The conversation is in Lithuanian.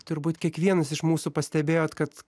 turbūt kiekvienas iš mūsų pastebėjot kad